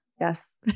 Yes